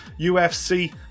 UFC